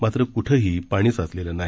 मात्र कुठंही पाणी साचलेलं नाही